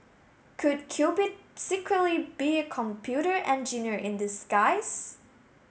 could Cupid secretly be a computer engineer in disguise